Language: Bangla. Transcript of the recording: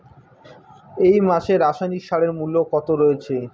এই মাসে রাসায়নিক সারের মূল্য কত রয়েছে?